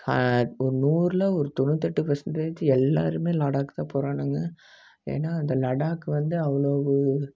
ஒரு நூறில் ஒரு தொண்ணூற்றெட்டு பர்சன்டேஜ் எல்லோருமே லடாக்தான் போகிறானுங்க ஏன்னா அந்த லடாக் வந்து அவ்வளவு